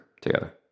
together